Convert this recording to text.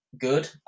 good